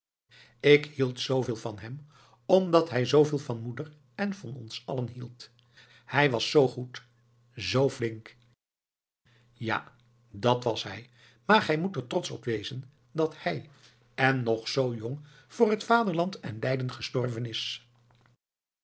ik hield zooveel van hem omdat hij zooveel van moeder en van ons allen hield hij was zoo goed zoo flink ja dat was hij maar gij moet er grootsch op wezen dat hij en nog z jong voor het vaderland en leiden gestorven is